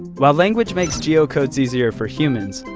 while language makes geocodes easier for humans,